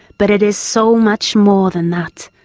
but it is so much more than that.